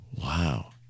wow